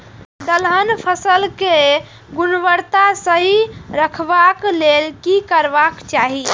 दलहन फसल केय गुणवत्ता सही रखवाक लेल की करबाक चाहि?